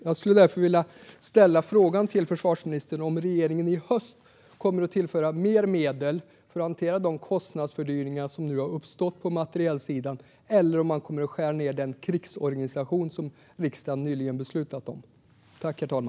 Jag vill därför fråga försvarsministern om regeringen till hösten kommer att tillföra mer medel för att hantera de kostnadsfördyringar som nu har uppstått på materielsidan eller om man kommer att skära ned i den krigsorganisation som riksdagen nyligen fattade beslut om.